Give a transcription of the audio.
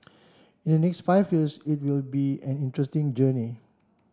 in the next five years it will be an interesting journey